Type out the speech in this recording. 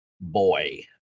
boy